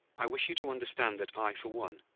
i wish you to understand that i, for one,